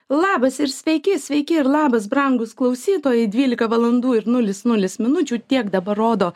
labas ir sveiki sveiki ir labas brangūs klausytojai dvylika valandų ir nulis nulis minučių tiek dabar rodo